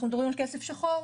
אנחנו מדברים על כסף שחור.